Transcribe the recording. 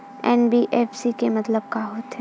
NBFC के मतलब का होथे?